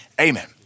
amen